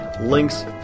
links